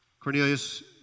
Cornelius